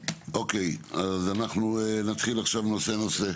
אוקיי, אז אנחנו נתחיל עכשיו נושא נושא.